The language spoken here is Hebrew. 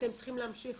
אתם צריכים להמשיך